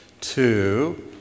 two